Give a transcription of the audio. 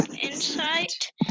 insight